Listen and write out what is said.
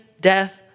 death